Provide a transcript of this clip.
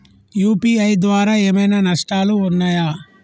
UPI ద్వారా ఏమైనా నష్టాలు ఉన్నయా?